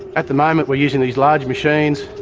at the moment we're using these large machines,